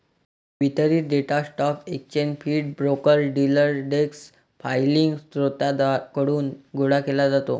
वितरित data stock exchange feed, brokers, dealer desk filing स्त्रोतांकडून गोळा केला जातो